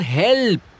help